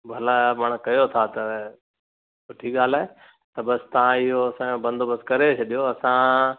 भलापण कयो था त सुठी ॻाल्हि आहे त बस तव्हां इहो असांजो बंदोबस्तु करे छॾियो असां